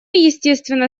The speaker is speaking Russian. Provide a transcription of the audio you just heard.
естественно